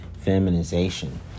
feminization